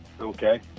okay